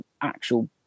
actual